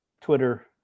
Twitter